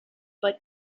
but